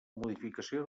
modificació